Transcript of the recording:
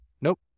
Nope